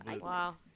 Wow